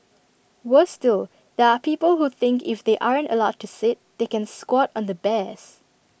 worse still there are people who think if they aren't allowed to sit they can squat on the bears